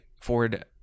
Ford